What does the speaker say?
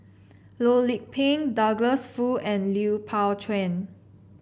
Loh Lik Peng Douglas Foo and Lui Pao Chuen